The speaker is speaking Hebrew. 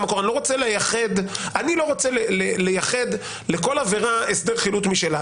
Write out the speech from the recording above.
אני לא רוצה לייחד לכל עבירה הסדר חילוט משלה.